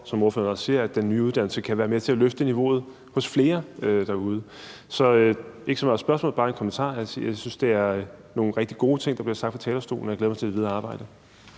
som ordføreren også siger, at den nye uddannelse kan være med til at løfte niveauet hos flere derude. Så det er ikke så meget et spørgsmål, men bare en kommentar. Jeg synes, det er nogle rigtig gode ting, der bliver sagt fra talerstolen, og jeg glæder mig til det videre arbejde.